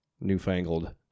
newfangled